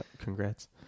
Congrats